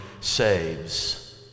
saves